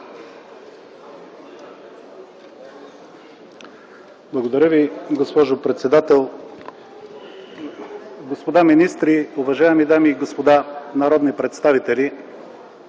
Благодаря ви. Уважаема госпожо председател, господа министри, уважаеми дами и господа народни представители!